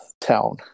town